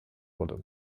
wurde